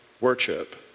worship